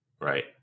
Right